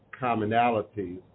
commonalities